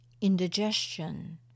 indigestion